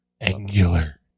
Angular